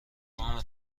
نام